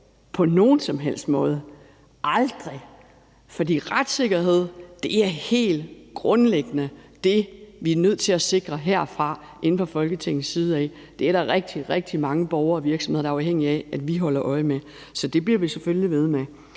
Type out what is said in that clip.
på nogen som helst måde – aldrig! For retssikkerhed er helt grundlæggende det, vi er nødt til at sikre herinde fra Folketingets side. Det er der rigtig, rigtig mange borgere og virksomheder der er afhængige af at vi holder øje med, så det bliver vi selvfølgelig ved med.